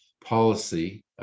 policy